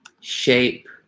shape